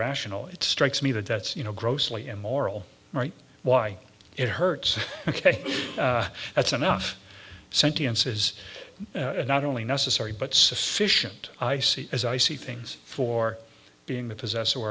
rational it strikes me that that's you know grossly immoral right why it hurts ok that's enough sentience is not only necessary but sufficient i see as i see things for being the possessor